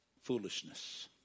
foolishness